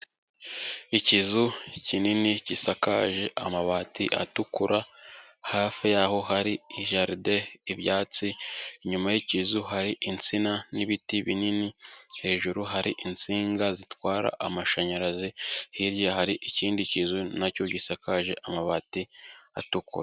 Ikizu kinini gisakaje amabati atukura, hafi yaho hari jaride, ibyatsi, inyuma y'ikizu hari insina n'ibiti binini, hejuru hari insinga zitwara amashanyarazi, hirya hari ikindi kizu nacyo gisakaje amabati atukura.